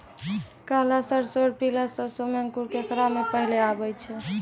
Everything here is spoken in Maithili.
काला सरसो और पीला सरसो मे अंकुर केकरा मे पहले आबै छै?